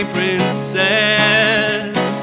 Princess